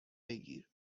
بگیر